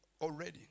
already